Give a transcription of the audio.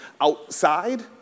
outside